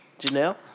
Janelle